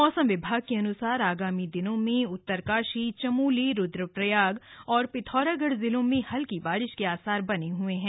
मौसम विभाग के अनुसार आगामी दिनों में उत्तरकाशी चमोलीरुद्रप्रयाग और पिथौरागढ़ ज़िलों में हल्की बारिश के आसार बने हुए हैं